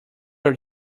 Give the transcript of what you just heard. are